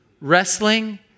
Wrestling